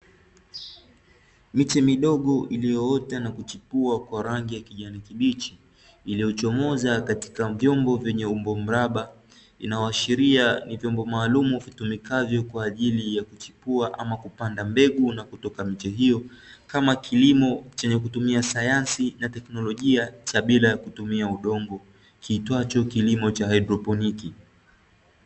Miche midogo iliyoota na kuchipua kwa rangi ya kijani kibichi, iliyochomoza katika vyombo venye umbo mraba, inayoashiria ni vyombo maalumu vitumikavyo kwaajili ya kuchipua ama kupanda mbegu na kutoka miche hiyo kama kilimo chenye kutumia sayansi na teknolojia cha bila kutumia udogo kiitwacho kilimo cha "haidroponiki".